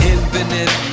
Infinite